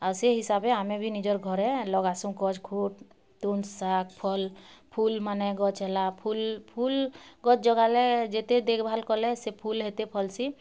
ଆଉ ସେ ହିସାବରେ ଆମେ ବି ନିଜର୍ ଘରେ ଲଗାସୁଁ ଗଛ୍ ଖୁତ୍ ତୁଣ୍ ଶାଗ୍ ଫଲ୍ ଫୁଲ୍ ମାନେ ଗଛ୍ ହେଲା ଫୁଲ୍ ଫୁଲ୍ ଗଛ୍ ଜଗାଲେ ଯେତେ ଦେଘଭାଲ୍ କଲେ ସେ ଫୁଲ୍ ହେଥେ ଫଲସିଁ